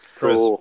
Chris